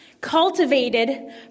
cultivated